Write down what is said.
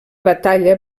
batalla